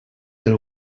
del